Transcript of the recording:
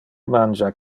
mangia